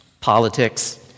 politics